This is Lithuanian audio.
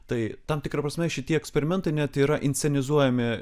tai tam tikra prasme šitie eksperimentai net yra inscenizuojami